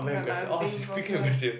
whereby I'm being vocal